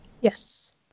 Yes